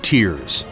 Tears